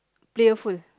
playful